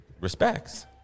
respects